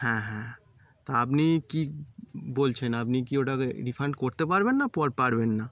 হ্যাঁ হ্যাঁ তো আপনি কী বলছেন আপনি কি ওটাতে রিফান্ড করতে পারবেন না প পারবেন না